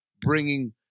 bringing –